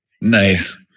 Nice